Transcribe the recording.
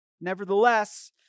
Nevertheless